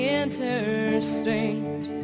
interstate